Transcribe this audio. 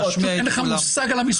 אין לך מושג במספרים.